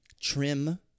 trim